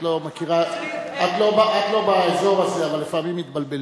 את לא באזור הזה, אבל לפעמים מתבלבלים.